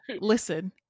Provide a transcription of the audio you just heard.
listen